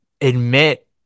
admit